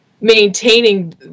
maintaining